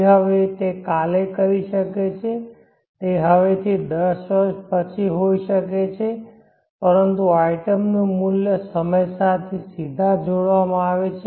તે હવે તે કાલે કરી શકે છે તે હવેથી 10 વર્ષ પછી હોઈ શકે છે પરંતુ આઇટમનું મૂલ્ય સમય સાથે સીધા જોડવામાં આવે છે